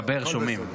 דבר, שומעים?